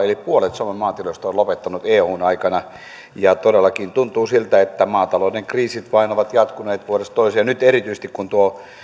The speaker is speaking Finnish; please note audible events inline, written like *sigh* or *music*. *unintelligible* eli puolet suomen maatiloista on lopettanut eun aikana ja todellakin tuntuu siltä että maatalouden kriisit ovat vain jatkuneet vuodesta toiseen ja nyt erityisesti kun